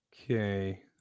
okay